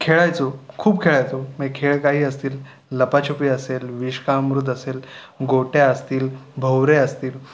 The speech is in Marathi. खेळायचो खूप खेळायचो म्हणजे खेळ काहीही असतील लपाछपी असेल विष का अमृत असेल गोट्या असतील भोवरे असतील